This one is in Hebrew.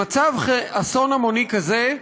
למצב אסון המוני כזה,